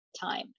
time